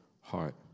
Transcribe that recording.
heart